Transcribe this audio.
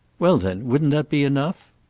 well then, wouldn't that be enough?